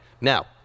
Now